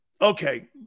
okay